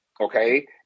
Okay